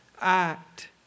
act